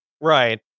right